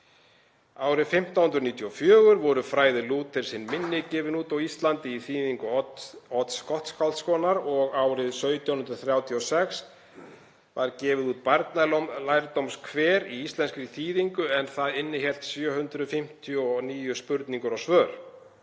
Árið 1594 voru Fræði Lúthers hin minni gefin út á Íslandi í þýðingu Odds Gottskálkssonar og árið 1736 var gefið út Barnalærdómskver í íslenskri þýðingu en það innihélt 759 spurningar og svör.